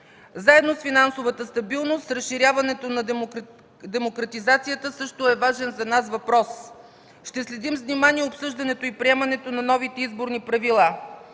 Заедно с финансовата стабилност разширяването на демократизацията е също важен за нас въпрос. Ще следим с внимание обсъждането и приемането на новите изборни правила.